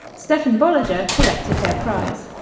stefan bollinger collected their prize.